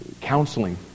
counseling